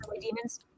demons